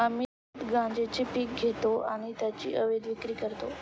अमित गांजेचे पीक घेतो आणि त्याची अवैध विक्री करतो